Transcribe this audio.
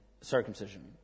circumcision